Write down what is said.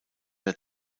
der